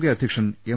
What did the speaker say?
K അധ്യക്ഷൻ M